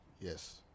Yes